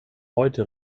heute